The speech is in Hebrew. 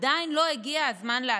עדיין לא הגיע הזמן להתחיל.